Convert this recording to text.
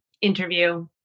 interview